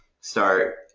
start